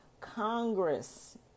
Congress